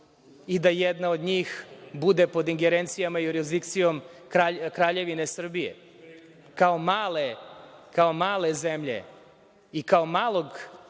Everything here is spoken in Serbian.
i da jedna od njih bude pod ingerencijama i jurisdikcijom kraljevine Srbije, kao male zemlje i kao malog,